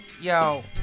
Yo